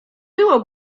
było